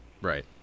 Right